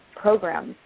Programs